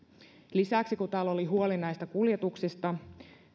lisäksi kun täällä oli huoli näistä kuljetuksista